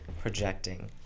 projecting